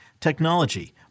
technology